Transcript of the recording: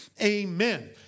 amen